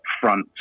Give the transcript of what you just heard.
front